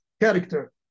character